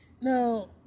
Now